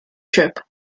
trip